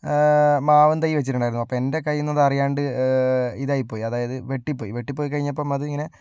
മാവിൻ തയ്യ് വെച്ചിട്ടുണ്ടായിരുന്നു അപ്പോൾ എൻറെ കയ്യിന്ന് ഇത് അറിയാണ്ട് ഇതായിപ്പോയി അതായത് വെട്ടിപോയി വെട്ടിപോയി കഴിഞ്ഞപ്പം അത് ഇങ്ങനെ